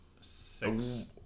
Six